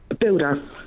Builder